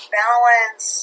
balance